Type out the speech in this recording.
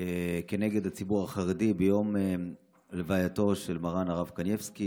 כנגד הציבור החרדי ביום הלווייתו של מרן הרב קניבסקי,